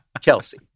Kelsey